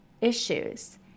issues